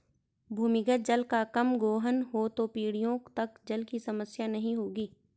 भूमिगत जल का कम गोहन हो तो पीढ़ियों तक जल की समस्या नहीं होगी